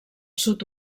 sud